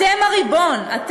אתם הריבון, לא אמת.